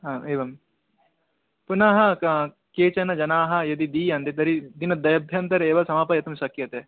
हा एवं पुनः केचन जनाः यदि दीयन्ते तर्हि दिनद्वयाभ्यन्तरे एव समापयितुं शक्यते